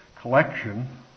collection